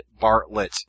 Bartlett